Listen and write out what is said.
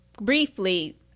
briefly